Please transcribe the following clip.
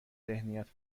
ذهنیت